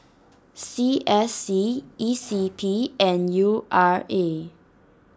C S C E C P and U R A